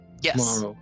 Yes